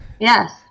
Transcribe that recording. Yes